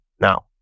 now